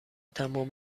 تمام